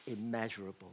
immeasurable